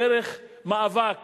דרך מאבק